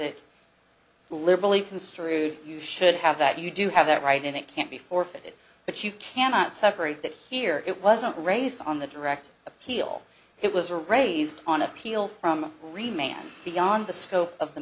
it liberally construed you should have that you do have that right and it can be forfeited but you cannot separate that here it wasn't raised on the direct appeal it was a raised on appeal from the remains beyond the scope of the